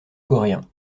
coréen